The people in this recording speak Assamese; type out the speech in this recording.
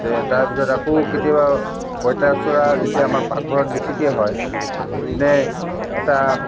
তে তাৰ পিছত আকৌ কেতিয়াবা পঁইতাচোৰা যেতিয়া আমাৰ পাকঘৰত বেছিকে হয় নে এটা